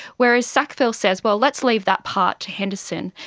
whereas sackville says, well, let's leave that part to henderson.